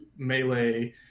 Melee